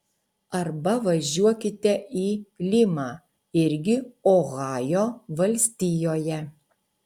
arba važiuokite į limą irgi ohajo valstijoje